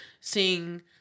seeing